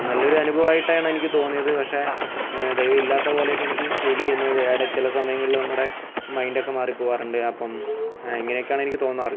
നല്ലൊരു അനുഭവമായിട്ടാണ് എനിക്ക് തോന്നിയത് പക്ഷേ ദൈവം ഇല്ലാത്ത പോലെയൊക്കെ എനിക്ക് ഫീൽ ചെയ്യുന്നു ഇടയ്ക്ക് ചില സമയങ്ങളിൽ നമ്മുടെ മയിൻ്റെക്കെ മാറി പോകാറുണ്ട് അപ്പം ഇങ്ങനേക്കെയാണ് എനിക്ക് തോന്നാറ്